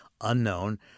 unknown